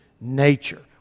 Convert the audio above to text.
nature